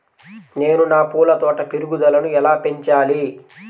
నేను నా పూల తోట పెరుగుదలను ఎలా పెంచాలి?